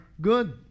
good